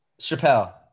Chappelle